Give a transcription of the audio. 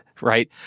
right